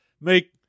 make